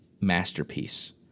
masterpiece